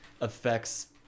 affects